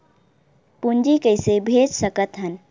पूंजी कइसे भेज सकत हन?